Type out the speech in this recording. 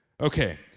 Okay